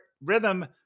rhythm